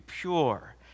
pure